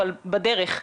אבל בדרך,